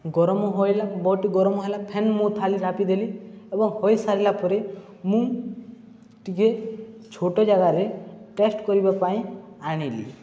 ଗରମ ହୋଇଲା ବହୁତ ଗରମ ହେଲା ଫେନ୍ ମୁଁ ଥାଲି ଢାପିଦେଲି ଏବଂ ହୋଇସାରିଲା ପରେ ମୁଁ ଟିକିଏ ଛୋଟ ଜାଗାରେ ଟେଷ୍ଟ୍ କରିବା ପାଇଁ ଆଣିଲି